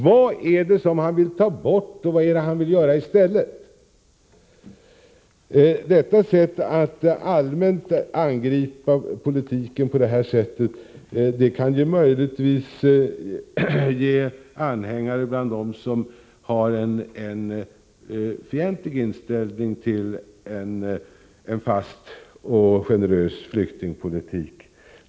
Vad är det som han vill ta bort, och vad är han vill göra i stället? Att allmänt angripa politiken på detta sätt kan möjligtvis leda till att man får anhängare bland dem som har en fientlig inställning till en fast och generös flyktingpolitik.